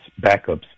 backups